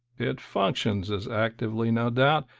it functions as actively, no doubt,